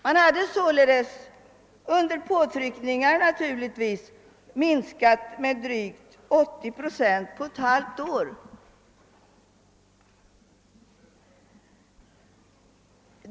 Man hade således, naturligtvis under påtryckningar, minskat den främmande arbetskraften med drygt 80 procent på ett halvt år.